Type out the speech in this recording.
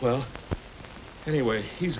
well anyway he's